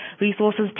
resources